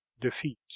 defeat